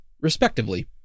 Respectively